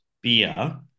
beer